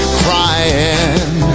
crying